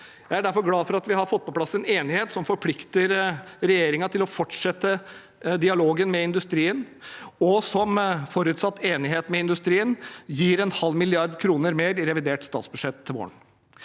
Jeg er derfor glad for at vi har fått på plass en enighet som forplikter regjeringen til å fortsette dialogen med industrien, og som, forutsatt enighet med industrien, gir 0,5 mrd. kr mer i revidert statsbudsjett til våren.